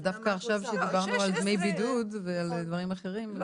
אבל דווקא עכשיו כשדיברנו על דמי בידוד ודברים אחרים,